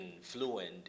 fluent